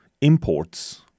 imports